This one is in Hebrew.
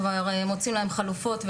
כבר מוצאים להם חלופות,